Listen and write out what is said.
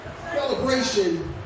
Celebration